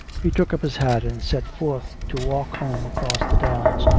he took up his hat and set forth to walk home across the downs,